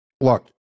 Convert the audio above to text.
Look